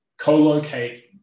co-locate